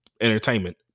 entertainment